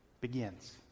begins